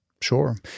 Sure